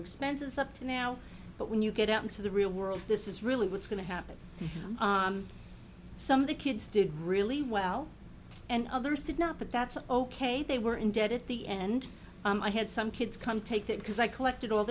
expenses up to now but when you get out into the real world this is really what's going to happen some of the kids did really well and others did not but that's ok they were in debt at the end i had some kids come take that because i collected all